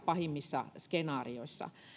pahimmissa skenaarioissa